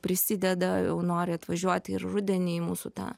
prisideda jau nori atvažiuoti ir rudenį į mūsų tą